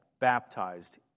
baptized